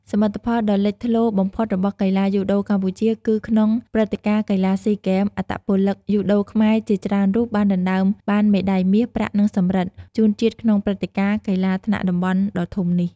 សមិទ្ធផលដ៏លេចធ្លោបំផុតរបស់កីឡាយូដូកម្ពុជាគឺក្នុងព្រឹត្តិការណ៍កីឡាស៊ីហ្គេម អត្តពលិកយូដូខ្មែរជាច្រើនរូបបានដណ្តើមបាន មេដាយមាស ប្រាក់ និងសំរឹទ្ធ ជូនជាតិក្នុងព្រឹត្តិការណ៍កីឡាថ្នាក់តំបន់ដ៏ធំនេះ ។